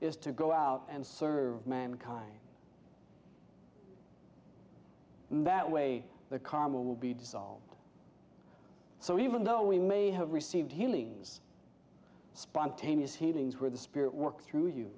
is to go out and serve mankind that way the karma will be dissolved so even though we may have received healings spontaneous healings where the spirit works through you